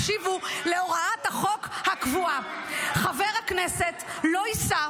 הקשיבו להוראת החוק הקבועה: חבר הכנסת לא יישא,